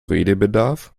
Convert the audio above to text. redebedarf